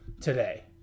today